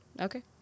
Okay